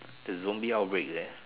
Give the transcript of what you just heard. the zombie outbreak is there